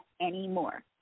anymore